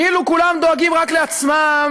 כאילו כולם דואגים רק לעצמם,